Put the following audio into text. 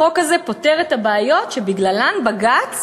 החוק הזה פותר את הבעיות שבגללן בג"ץ